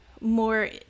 more